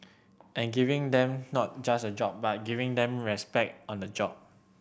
and giving them not just a job but giving them respect on the job